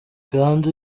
ganzo